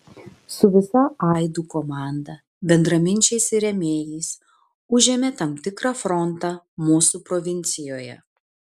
su visa aidų komanda bendraminčiais ir rėmėjais užėmė tam tikrą frontą mūsų provincijoje